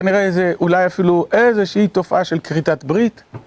אני רואה איזה, אולי אפילו איזושהי תופעה של כריתת ברית.